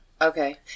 Okay